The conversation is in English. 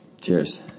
Cheers